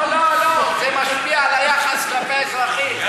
לא, לא, זה משפיע על היחס כלפי האזרחים.